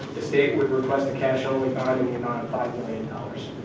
the state would request a cash-only bond um in the amount of five million dollars.